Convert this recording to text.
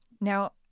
Now